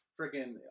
freaking